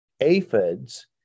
aphids